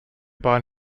bahn